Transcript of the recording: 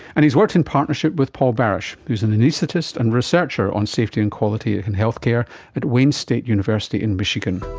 and he's worked in partnership with paul barach who is an anaesthetist and researcher on safety and quality in health care at wayne state university in michigan.